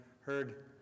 heard